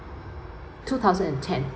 two thousand and ten